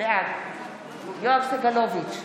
בעד יואב סגלוביץ'